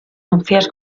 nupcias